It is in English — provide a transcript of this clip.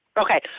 Okay